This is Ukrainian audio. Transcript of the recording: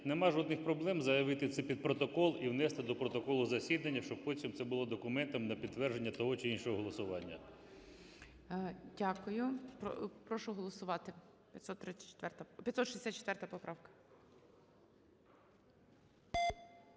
нема жодних проблем заявити це під протокол і внести до протоколу засідання, щоб потім це було документом на підтвердження того чи іншого голосування. ГОЛОВУЮЧИЙ. Дякую. Прошу голосувати, 564 поправка.